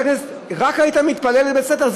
רק היית מתפלל, זה בסדר.